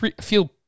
feel